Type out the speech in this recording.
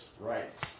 rights